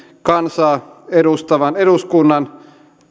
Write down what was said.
kansaa edustavan eduskunnan